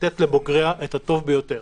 לתת לבוגריה את הטוב ביותר,